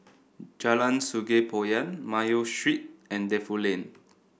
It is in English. Jalan Sungei Poyan Mayo Street and Defu Lane